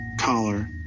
collar